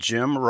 Jim